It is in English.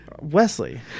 Wesley